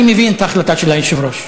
אני מבין את ההחלטה של היושב-ראש,